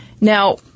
Now